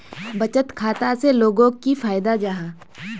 बचत खाता से लोगोक की फायदा जाहा?